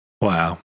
Wow